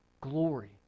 glory